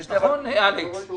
נכון, אלכס?